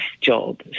job